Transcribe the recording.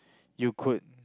you could